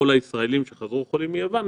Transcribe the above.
כל הישראלים שחזרו חולים מיוון,